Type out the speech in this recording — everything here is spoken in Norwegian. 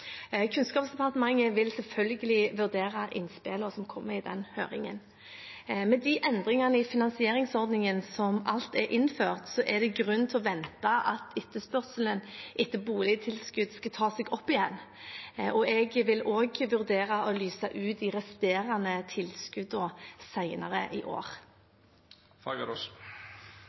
Kunnskapsdepartementet vil selvfølgelig vurdere innspillene som kommer i den høringen. Med de endringene i finansieringsordningen som alt er innført, er det grunn til å vente at etterspørselen etter boligtilskudd tar seg opp igjen. Jeg vil også vurdere å lyse ut de resterende tilskuddene senere i år.